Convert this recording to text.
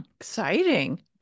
Exciting